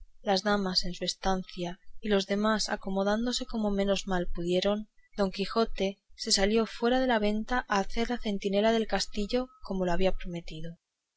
las damas en su estancia y los demás acomodádose como menos mal pudieron don quijote se salió fuera de la venta a hacer la centinela del castillo como lo había prometido